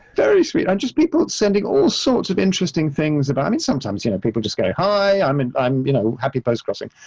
very sweet, and just people sending all sorts of interesting things about it. i mean sometimes, you know, people just go, hi, i'm and i'm you know, happy postcrossing,